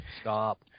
Stop